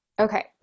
Okay